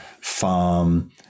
farm